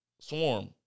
Swarm